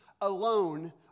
alone